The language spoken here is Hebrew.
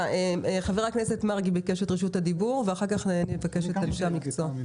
חבר הכנסת מרגי ביקש את רשות הדיבור ואחר כך נבקש את אנשי המקצוע.